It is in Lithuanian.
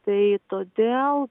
tai todėl